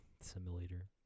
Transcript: simulator